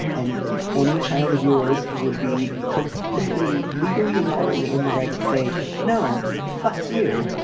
and and any child of yours would be completely legally and morally in the right to say no. fuck you.